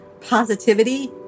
positivity